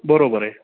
बरोबर आहे